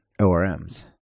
ORMs